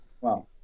wow